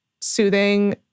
soothing